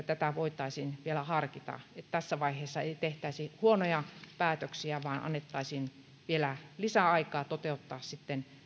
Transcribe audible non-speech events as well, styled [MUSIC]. [UNINTELLIGIBLE] tätä voitaisiin vielä harkita että tässä vaiheessa ei tehtäisi huonoja päätöksiä vaan annettaisiin vielä lisäaikaa toteuttaa sitten